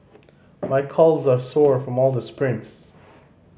my calves are sore from all the sprints